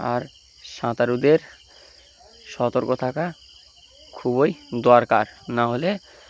আর সাঁতারুদের সতর্ক থাকা খুবই দরকার নাহলে